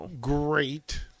great